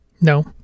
No